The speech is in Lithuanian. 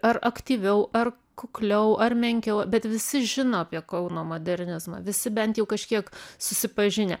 ar aktyviau ar kukliau ar menkiau bet visi žino apie kauno modernizmą visi bent jau kažkiek susipažinę